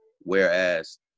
whereas –